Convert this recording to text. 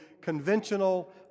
conventional